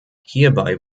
hierbei